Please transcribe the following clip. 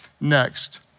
next